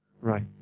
Right